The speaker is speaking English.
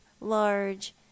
large